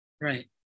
Right